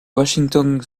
washington